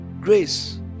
grace